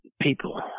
people